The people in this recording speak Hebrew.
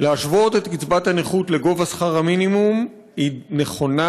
להשוות את קצבת הנכות לגובה שכר המינימום היא נכונה,